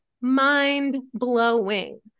Mind-blowing